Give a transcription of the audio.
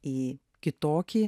į kitokį